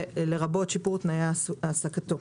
לרבות שיפור תנאי העסקתו.